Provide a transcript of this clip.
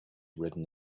written